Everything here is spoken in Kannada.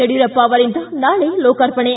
ಯಡಿಯೂರಪ್ಪ ಅವರಿಂದ ನಾಳೆ ಲೋಕಾರ್ಪಣೆ